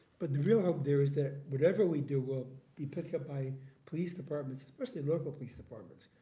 but the real hope there is that whatever we do will be picked up by police departments, mostly local police departments.